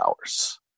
hours